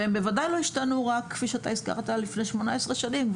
הם בוודאי לא השתנו כפי שאתה הזכרת מלפני 18 שנים.